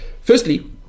Firstly